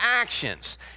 actions